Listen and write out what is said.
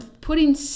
putting